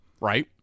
right